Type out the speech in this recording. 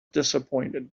disappointed